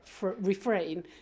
refrain